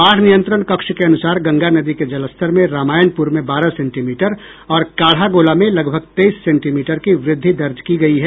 बाढ़ नियंत्रण कक्ष के अनुसार गंगा नदी के जलस्तर में रामायणपुर में बारह सेंटीमीटर और काढ़ागोला में लगभग तेईस सेमी की वृद्धि दर्ज की गई है